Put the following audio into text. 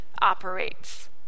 operates